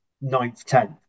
ninth-tenth